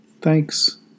Thanks